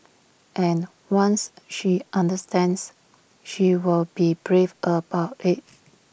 and once she understands she will be brave about IT